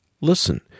Listen